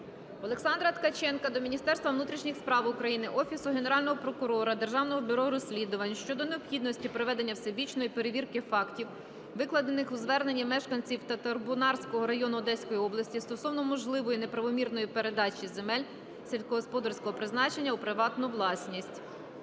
Олександра Ткаченка до Міністерства внутрішніх справ України, Офісу Генерального прокурора, Державного бюро розслідувань щодо необхідності проведення всебічної перевірки фактів, викладених у зверненні мешканців Татарбунарського району Одеської області стосовно можливої неправомірної передачі земель сільськогосподарського призначення у приватну власність.